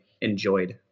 enjoyed